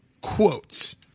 quotes